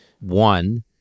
One